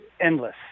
endless